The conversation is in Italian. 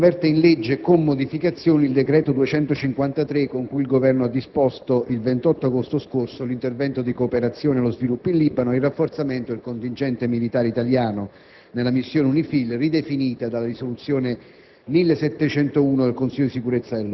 dalla Camera dei deputati, che converte in legge, con modificazioni, il decreto n. 253 con cui il Governo ha disposto, il 28 agosto scorso, l'intervento di cooperazione allo sviluppo in Libano e il rafforzamento del contingente militare italiano nella missione UNIFIL, ridefinita dalla risoluzione